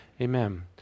Amen